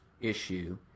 issue